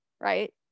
right